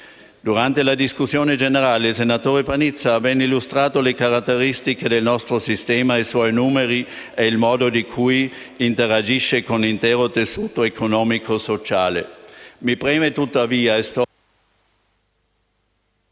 Durante la discussione generale, il senatore Panizza ha ben illustrato le caratteristiche del nostro sistema, i suoi numeri e il modo in cui interagisce con l'intero tessuto economico e sociale. Mi preme tuttavia